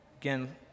Again